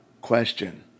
question